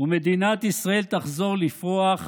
ומדינת ישראל תחזור לפרוח,